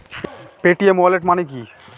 Paytm wallet মানে কি?